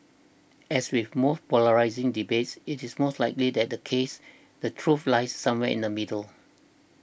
as with most polarising debates it is most likely that the case the truth lies somewhere the middle